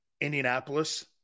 Indianapolis